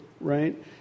right